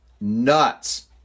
nuts